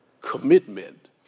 commitment